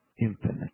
infinite